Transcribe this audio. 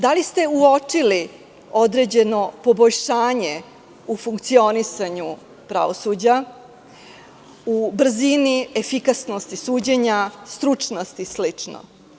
Da li ste uočili određeno poboljšanje u funkcionisanju pravosuđa, u brzini efikasnosti suđenja, stručnosti i slično?